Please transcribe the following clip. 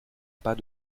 pas